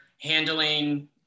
handling